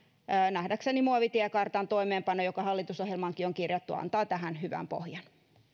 nähdäkseni muovitiekartan toimeenpano joka hallitusohjelmaankin on kirjattu antaa tähän hyvän pohjan